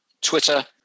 Twitter